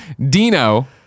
Dino